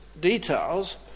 details